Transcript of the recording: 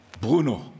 Bruno